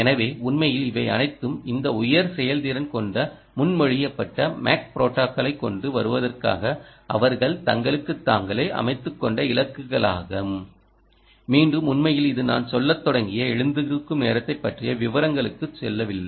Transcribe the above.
எனவே உண்மையில் இவை அனைத்தும் இந்த உயர் செயல்திறன் கொண்ட முன்மொழியப்பட்ட மேக் ப்ரோடோகாலை கொண்டு வருவதற்காக அவர்கள் தங்களுக்குத் தாங்களே அமைத்துக் கொண்ட இலக்குகளாகும் மீண்டும் உண்மையில் இது நான் சொல்லத் தொடங்கிய எழுந்திருக்கும் நேரத்தைப் பற்றிய விவரங்களுக்கு செல்லவில்லை